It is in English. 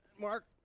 Mark